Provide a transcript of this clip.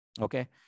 okay